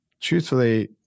truthfully